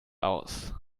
aus